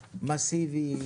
מאסיבי,